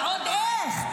ועוד איך?